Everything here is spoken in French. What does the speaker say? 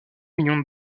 millions